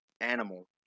animal